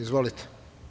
Izvolite.